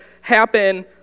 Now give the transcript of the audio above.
happen